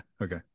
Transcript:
Okay